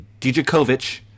Djokovic